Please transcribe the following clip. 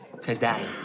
today